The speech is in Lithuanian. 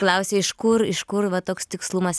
klausė iš kur iš kur va toks tikslumas